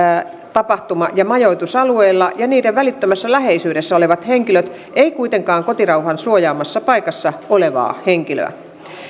tapahtuma ja majoitusalueilla ja niiden välittömässä läheisyydessä olevat henkilöt ei kuitenkaan kotirauhan suojaamassa paikassa olevaa henkilöä